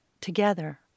together